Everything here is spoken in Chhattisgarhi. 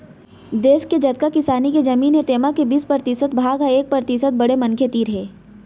देस के जतका किसानी के जमीन हे तेमा के बीस परतिसत भाग ह एक परतिसत बड़े मनखे तीर हे